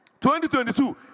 2022